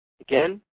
Again